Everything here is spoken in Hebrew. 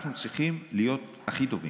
אנחנו צריכים להיות הכי טובים.